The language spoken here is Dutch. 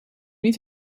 niet